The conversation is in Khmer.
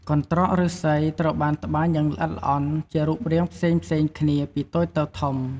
កន្ត្រកឫស្សី ត្រូវបានត្បាញយ៉ាងល្អិតល្អន់ជារូបរាងផ្សេងៗគ្នា ពីតូចទៅធំ។